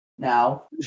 now